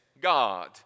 God